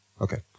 Okay